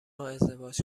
ازدواج